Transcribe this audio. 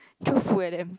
throw food at them